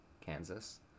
Kansas